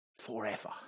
forever